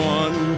one